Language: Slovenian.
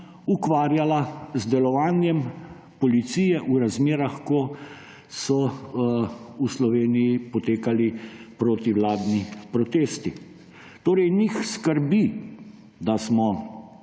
ukvarjala z delovanjem policije v razmerah, ko so v Sloveniji potekali protivladni protesti. Njih skrbi, da smo